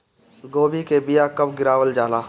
गोभी के बीया कब गिरावल जाला?